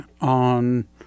on